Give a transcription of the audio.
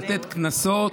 לתת קנסות.